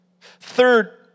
Third